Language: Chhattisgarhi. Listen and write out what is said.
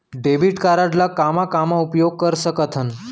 डेबिट कारड ला कामा कामा उपयोग कर सकथन?